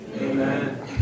Amen